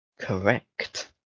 Correct